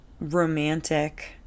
romantic